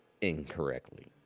incorrectly